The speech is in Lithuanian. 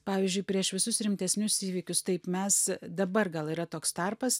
pavyzdžiui prieš visus rimtesnius įvykius taip mes dabar gal yra toks tarpas